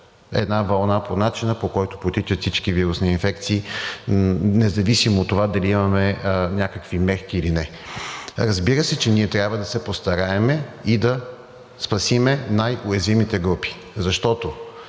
една вълна по начина, по който протичат всички вирусни инфекции, независимо от това дали имаме някакви мерки или не. Разбира се, че ние трябва да се постараем и да спасим най уязвимите групи, защото